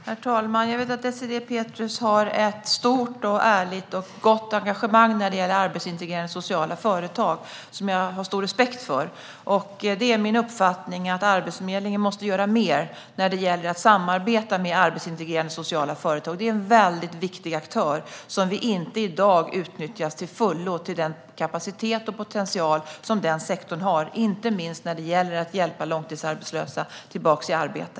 Herr talman! Jag vet att Désirée Pethrus har ett stort, ärligt och gott engagemang när det gäller arbetsintegrerande sociala företag, vilket jag har stor respekt för. Det är min uppfattning att Arbetsförmedlingen måste göra mer när det gäller att samarbeta med arbetsintegrerande sociala företag. Det är en mycket viktig aktör, som i dag inte utnyttjas till fullo med tanke på den kapacitet och den potential som denna sektor har, inte minst när det gäller att hjälpa långtidsarbetslösa tillbaka till arbete.